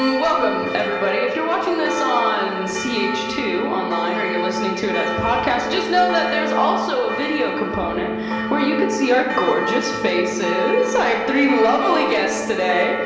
um welcome, everybody. if you're watching this on c h two online, or you're listening to it as a podcast, just know that there's also a video component where you could see our gorgeous faces. i have three lovely guests today.